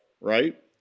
Right